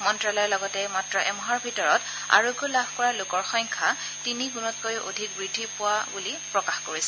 মন্ত্যালয়ে লগতে মাত্ৰ এমাহৰ ভিতৰত আৰোগ্য লাভ কৰা লোকৰ সংখ্যা তিনি গুণতকৈও অধিক বৃদ্ধি পোৱা বুলি প্ৰকাশ কৰিছে